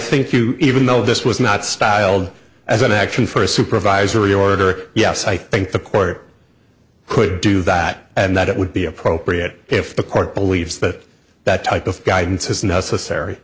think you even though this was not styled as an action for a supervisory order yes i think the court could do that and that it would be appropriate if the court believes that that type of guidance is necessary